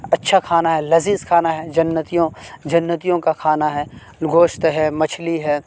اچھا کھانا ہے لذیذ کھانا ہے جنتیوں جنتیوں کا کھانا ہے گوشت ہے مچھلی ہے